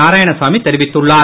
நாராயணசாமி தெரிவித்துள்ளார்